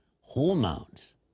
hormones